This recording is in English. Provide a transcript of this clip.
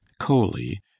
coley